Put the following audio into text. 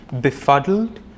befuddled